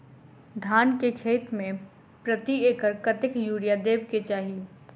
धान केँ खेती मे प्रति एकड़ कतेक यूरिया देब केँ चाहि?